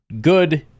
good